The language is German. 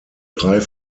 drei